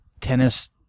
tennis